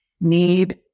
need